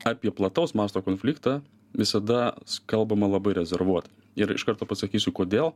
apie plataus masto konfliktą visada kalbama labai rezervuotai ir iš karto pasakysiu kodėl